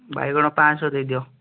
ବାଇଗଣ ପାଞ୍ଚଶହ ଦେଇଦିଅ